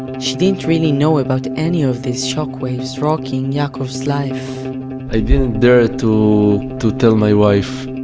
she didn't really know about any of these shock waves rocking yaakov's life i didn't dare to to tell my wife.